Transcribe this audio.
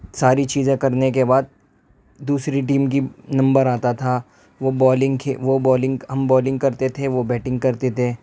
ساری چیزیں کرنے کے بعد دوسری ٹیم کی نمبر آتا تھا وہ بولنگ کھے وہ بولنگ ہم بولنگ کرتے تھے وہ بیٹنگ کرتے تھے